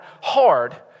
hard